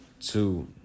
two